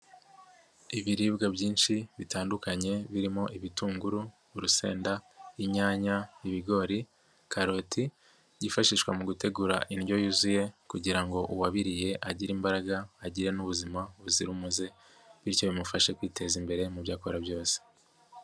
Ibiribwa byinshi bitandukanye birimo ibitunguru, urusenda, inyanya, ibigori, karoti, byifashishwa mu gutegura indyo yuzuye kugira ngo uwabiriye agire imbaraga agire n'ubuzima buzira umuze, bityo bimufashe kwiteza imbere mu byo akora byose.